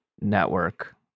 Network